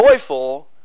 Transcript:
joyful